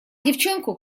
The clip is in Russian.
девчонку